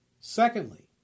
Secondly